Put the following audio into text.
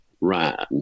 ran